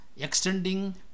Extending